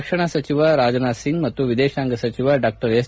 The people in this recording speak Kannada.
ರಕ್ಷಣಾ ಸಚಿವ ರಾಜನಾಥ್ ಸಿಂಗ್ ಮತ್ತು ವಿದೇಶಾಂಗ ಸಚಿವ ಡಾ ಎಸ್